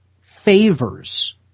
favors